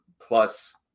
plus